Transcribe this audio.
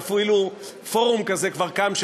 ואפילו פורום כזה כבר קם,